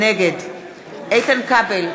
נגד איתן כבל,